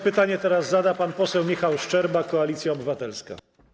Pytanie zada pan poseł Michał Szczerba, Koalicja Obywatelska.